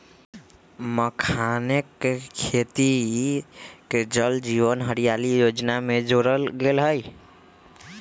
मखानके खेती के जल जीवन हरियाली जोजना में जोरल गेल हई